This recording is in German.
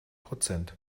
prozent